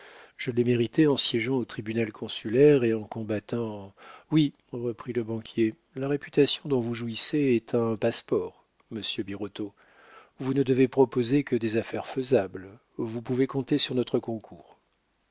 je l'ai méritée en siégeant au tribunal consulaire et en combattant oui reprit le banquier la réputation dont vous jouissez est un passe-port monsieur birotteau vous ne devez proposer que des affaires faisables vous pouvez compter sur notre concours